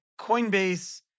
Coinbase